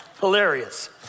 hilarious